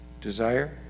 desire